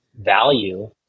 value